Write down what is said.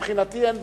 מבחינתי אין בעיה.